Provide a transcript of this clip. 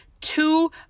Two